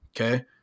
Okay